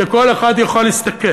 שכל אחד יוכל להסתכל